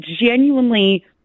genuinely